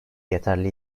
yeterli